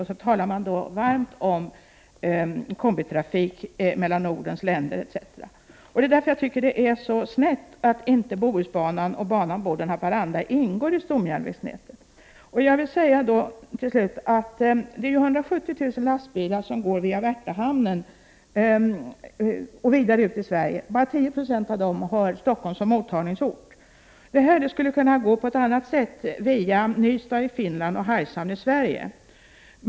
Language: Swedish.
Sedan talas det varmt om kombitrafik mellan Nordens länder. Det är därför jag tycker att det är så snett att Bohusbanan och banan Boden-Haparanda inte ingår i stomjärnvägsnätet. Jag vill till slut säga att 170 000 lastbilar går via Värtahamnen och vidare ut i Sverige. Bara 10 96 av dessa har Stockholm som mottagningsort. Dessa transporter skulle kunna ske på ett annat sätt via Nystad i Finland och Hargshamn i Sverige.